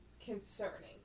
concerning